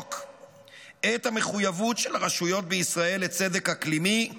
את המחויבות של הרשויות בישראל לצדק אקלימי.